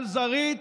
על זרעית,